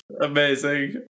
Amazing